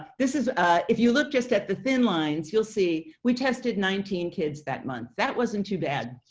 this is if you look just at the thin lines, you'll see we tested nineteen kids that month. that wasn't too bad.